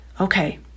Okay